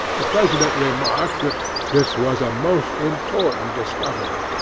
the president remarked that this was a most important discovery,